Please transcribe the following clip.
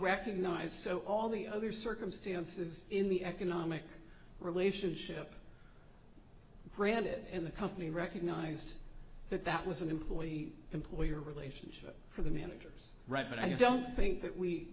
recognize so all the other circumstances in the economic relationship branded in the company recognized that that was an employee employer relationship for the managers right but i don't think that we